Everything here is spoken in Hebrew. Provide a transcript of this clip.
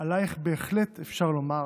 עלייך בהחלט אפשר לומר